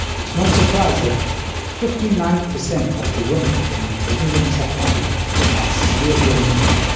it's no surprise that fifty nine percent of the women in the indian subcontinent are severely anaemic.